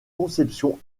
conception